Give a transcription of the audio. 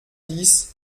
dix